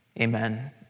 amen